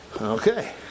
Okay